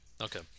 okay